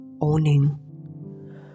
owning